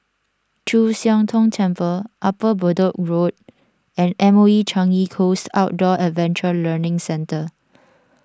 Chu Siang Tong Temple Upper Bedok Road and M O E Changi Coast Outdoor Adventure Learning Centre